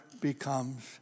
becomes